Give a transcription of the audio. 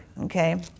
okay